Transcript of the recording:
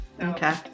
Okay